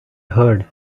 heard